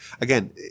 Again